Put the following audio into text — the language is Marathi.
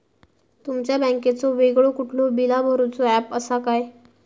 तुमच्या बँकेचो वेगळो कुठलो बिला भरूचो ऍप असा काय?